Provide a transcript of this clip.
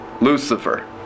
Lucifer